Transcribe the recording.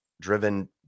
driven